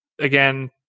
again